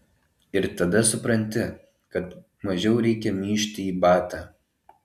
ir tada supranti kad mažiau reikia myžti į batą